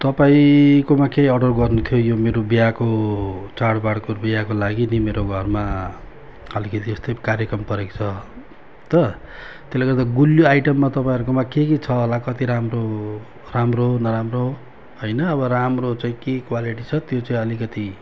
तपाईँकोमा केही अर्डर गर्नु थियो यो मेरो बिहाको चाडबाडको बिहाको लागि नि मेरो घरमा अलिकति यस्तै कार्यक्रम परेको छ त त्यसले गर्दा गुलियो आइटममा तपाईँहरूकोमा के के छ होला कति राम्रो राम्रो नराम्रो होइन अब राम्रो चाहिँ के क्वालिटी छ त्यो चाहिँ अलिकति